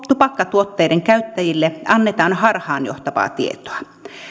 tupakkatuotteiden käyttäjille annetaan harhaanjohtavaa tietoa